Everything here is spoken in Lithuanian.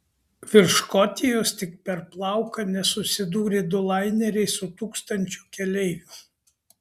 virš škotijos tik per plauką nesusidūrė du laineriai su tūkstančiu keleivių